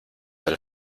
del